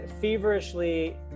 feverishly